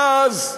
ואז,